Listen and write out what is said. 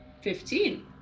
Fifteen